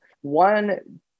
one